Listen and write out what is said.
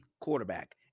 quarterback